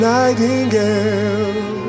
nightingale